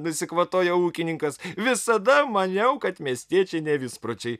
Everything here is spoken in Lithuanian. nusikvatojo ūkininkas visada maniau kad miestiečiai nevispročiai